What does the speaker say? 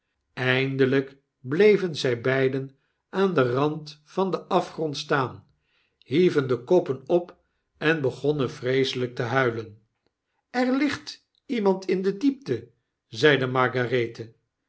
eindejijk bleven zy beiden aan den rand van den afgrond staan hieven de koppen op en begonnen vreeselijk te huilen er ligt iemand in de diepte zeide margarethe